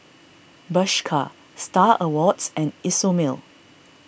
Bershka Star Awards and Isomil